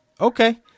Okay